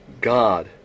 God